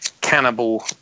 cannibal